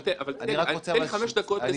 אני רק רוצה --- תן לי חמש דקות לסיים,